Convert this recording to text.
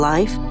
Life